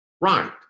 Right